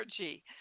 energy